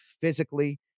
physically